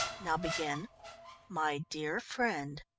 now begin my dear friend.